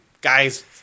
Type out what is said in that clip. guys